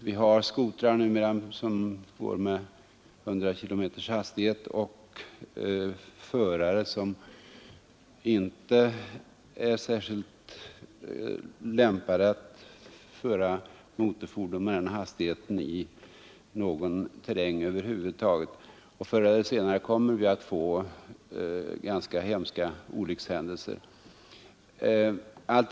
Vi har numera skotrar som kan köra med en hastighet av 100 kilometer i timmen, och vi har förare som inte är lämpade att köra motorfordon med den hastigheten i någon som helst terräng. Förr eller senare kommer det att inträffa allvarliga olyckshändelser med skotrar.